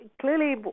clearly